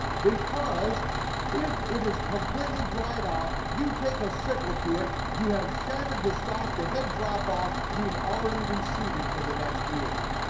because if it is completely dried out, you take a sickle to it, you have shattered the stalk, the head drop off, you've already reseeded for the next year.